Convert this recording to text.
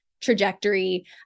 trajectory